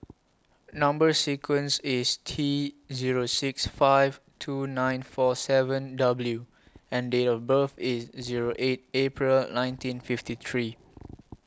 Number sequence IS T Zero six five two nine four seven W and Date of birth IS Zero eight April nineteen fifty three